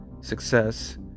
success